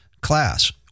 class